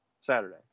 saturday